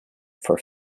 for